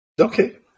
Okay